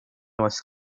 was